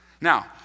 Now